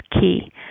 key